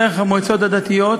דרך המועצות הדתיות,